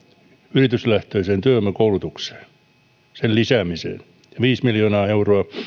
yrityslähtöisen työvoimakoulutuksen lisäämiseen ja viisi miljoonaa euroa